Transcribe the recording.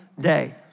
day